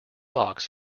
box